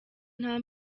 nta